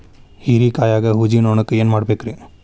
ಹೇರಿಕಾಯಾಗ ಊಜಿ ನೋಣಕ್ಕ ಏನ್ ಮಾಡಬೇಕ್ರೇ?